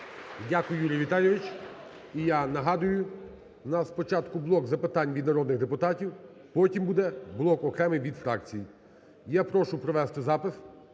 Дякую, Юрій Віталійович. І я нагадую, у нас спочатку блок запитань від народних депутатів, потім буде блок окремий від фракцій. Я прошу провести запис.